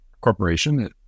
corporation